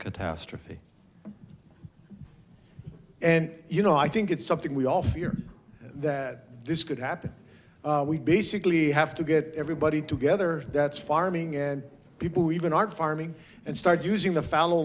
catastrophe and you know i think it's something we all fear that this could happen we basically have to get everybody together that's farming and people who even are farming and start using the fallow